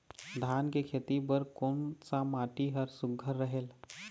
धान के खेती बर कोन सा माटी हर सुघ्घर रहेल?